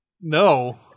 No